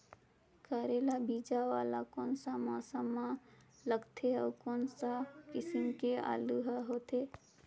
करेला बीजा वाला कोन सा मौसम म लगथे अउ कोन सा किसम के आलू हर होथे?